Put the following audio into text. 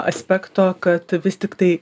aspekto kad vis tiktai